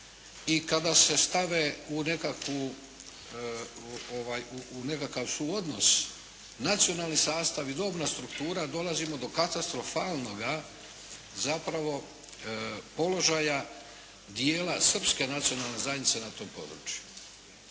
I kada se stave u nekakav suodnos nacionalni sastav i dobna struktura dolazimo do katastrofalnoga zapravo položaja dijela srpske nacionalne zajednice na tom području.